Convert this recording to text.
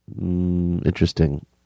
Interesting